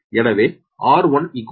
எனவே r1 0